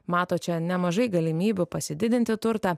mato čia nemažai galimybių pasididinti turtą